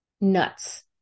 nuts